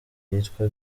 yitwa